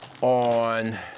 on